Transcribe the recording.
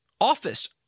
office